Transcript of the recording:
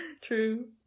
true